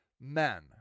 men